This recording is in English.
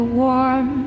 warm